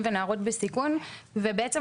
הסברה, בתחום של חינוך.